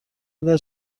میدهد